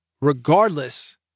regardless